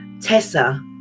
tessa